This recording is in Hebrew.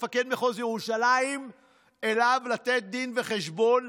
מפקד מחוז ירושלים אליו לתת דין וחשבון,